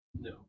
No